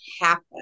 happen